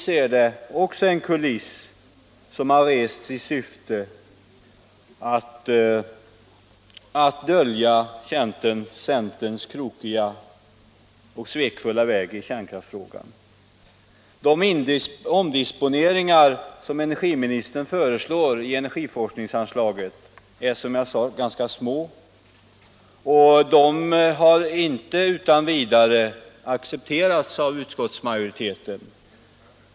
Där finns också en kuliss, som har rests i syfte att dölja — tor kärnbränsle, centerns krokiga och svekfulla väg i kärnkraftsfrågan, nämligen de om = m.m. disponeringar av energiforskningsanslaget som energiministern har föreslagit. De är ganska små men har inte utan vidare accepterats av utskottsmajoriteten.